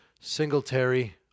Singletary